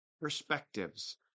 perspectives